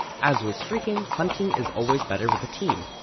as with streaking, hunting is always better with a team.